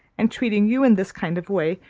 and treating you in this kind of way,